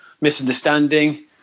misunderstanding